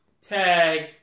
tag